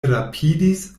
rapidis